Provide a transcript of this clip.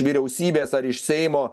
vyriausybės ar iš seimo